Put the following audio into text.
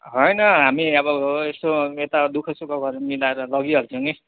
होइन हामी अब यसो यता दु ख सुख मिलाएर लगिहाल्छौँ नि